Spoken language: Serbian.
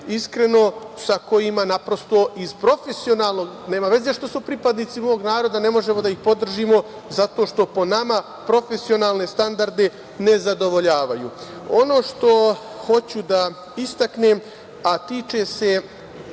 iskreno, sa kojima naprosto, iz profesionalnog, nema veze što su pripadnici mog naroda, ne možemo da ih podržimo zato što po nama, profesionalne standarde ne zadovoljavaju. Ono što hoću da istaknem, a tiče se